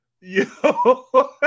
yo